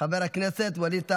חבר הכנסת ווליד טאהא,